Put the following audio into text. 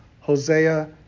Hosea